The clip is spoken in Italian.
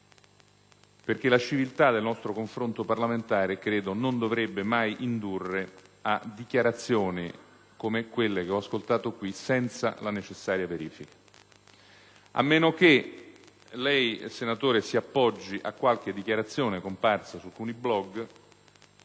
perché la civiltà del nostro confronto parlamentare credo non dovrebbe mai indurre a dichiarazioni come quelle che ho ascoltato qui senza la necessaria verifica. A meno che lei, senatore Li Gotti, si appoggi a qualche dichiarazione comparsa su alcuni blog;